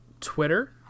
Twitter